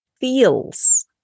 feels